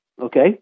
okay